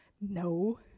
No